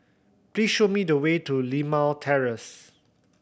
please show me the way to Limau Terrace